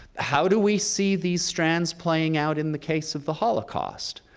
how do we see these strands playing out in the case of the holocaust?